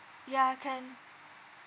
ya can